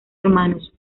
hermanos